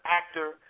actor